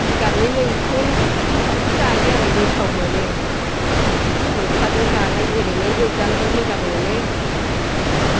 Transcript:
जिगाबनि मैखुन बेखौ जायो आरो गोथाव मोनो मैथाजों जालाय ओरैनोबो एवजानो मोजां मोनो